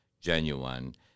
genuine